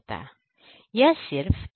यह सिर्फ एक सॉलिड जॉइनिंग प्रोसेस है